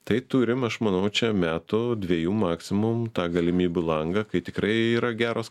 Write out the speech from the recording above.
tai turim aš manau čia metų dvejų maksimum tą galimybių langą kai tikrai yra geros